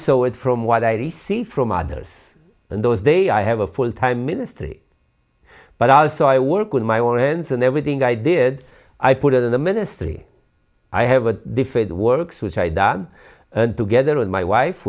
saw it from what i received from others and those day i have a full time ministry but also i work with my own hands and everything i did i put it in the ministry i have a different works which i had done together with my wife